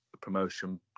promotion